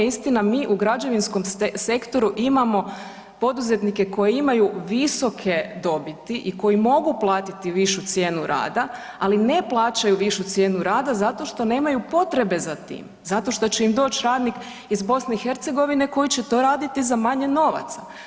Mi u građevinskom sektoru imamo poduzetnike koji imaju visoke dobiti i koji mogu platiti višu cijenu rada, ali ne plaćaju višu cijenu rada zato što nemaju potrebe za tim, zato što će im doći radnik iz BiH koji će to raditi za manje novaca.